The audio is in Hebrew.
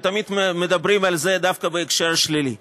תמיד מדברים על זה דווקא בהקשר שלילי.